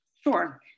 Sure